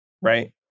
Right